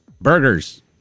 Burgers